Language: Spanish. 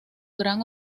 gran